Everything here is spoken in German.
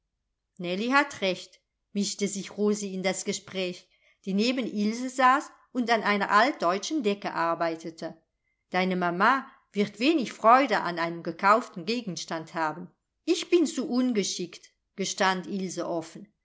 hat recht mischte sich rosi in das gespräch die neben ilse saß und an einer altdeutschen decke arbeitete deine mama wird wenig freude an einem gekauften gegenstand haben ich bin zu ungeschickt gestand ilse offen